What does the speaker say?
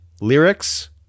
lyrics